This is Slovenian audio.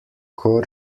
kot